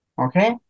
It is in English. okay